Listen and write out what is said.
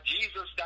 Jesus